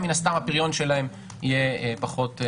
מן הסתם הפריון שלהם יהיה פחות.